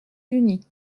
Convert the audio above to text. unis